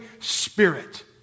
Spirit